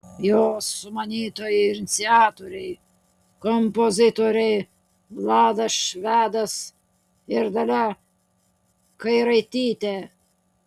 jo sumanytojai ir iniciatoriai kompozitoriai vladas švedas ir dalia kairaitytė